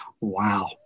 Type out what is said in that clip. Wow